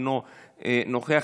אינו נוכח,